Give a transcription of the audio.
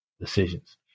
decisions